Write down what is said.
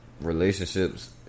relationships